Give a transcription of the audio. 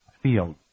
field